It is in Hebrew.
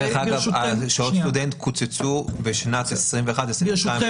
דרך אגב, שעות סטודנט קוצצו בשנת 2021 2022 בחצי.